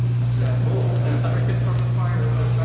that's really cool. just drinking from the fire hose.